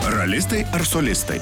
ralistai ar solistai